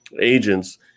agents